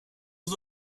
aux